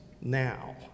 now